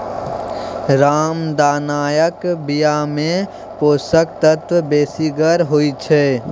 रामदानाक बियामे पोषक तत्व बेसगर होइत छै